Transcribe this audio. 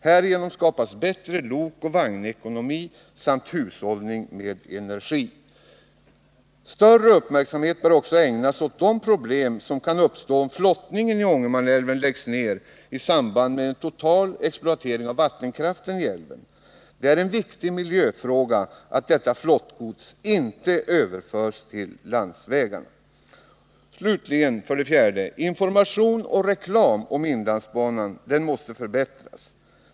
Härigenom åstadkommes bättre lokoch vagnekonomi samt hushållning med energi. Större uppmärksamhet bör också ägnas åt de problem som kan uppstå om flottningen i Ångermanälven läggs ner i samband med en total exploatering av vattenkraften i älven. Det är en viktig miljöfråga att flottgodset inte överförs till landsvägarna. 4. Information och reklam om inlandsbanan måste förbättras.